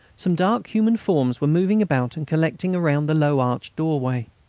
some dark human forms were moving about and collecting around the low arched doorway.